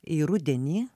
į rudenį